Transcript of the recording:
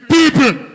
People